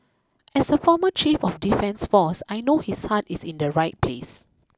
as a former chief of defence force I know his heart is in the right place